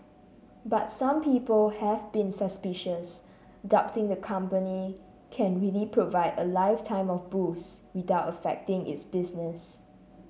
but some people have been suspicious doubting the company can really provide a lifetime of booze without affecting its business